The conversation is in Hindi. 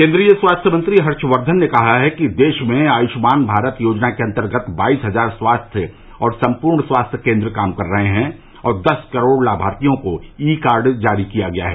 केन्द्रीय स्वास्थ्य मंत्री हर्षवर्धन ने कहा है कि देश में आयुष्मान भारत योजना के अन्तर्गत बाईस हजार स्वास्थ्य और सम्पूर्ण स्वास्थ्य केन्द्र काम कर रहे हैं और दस करोड़ लामार्थियों को ई कार्ड जारी किया गया है